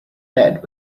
bed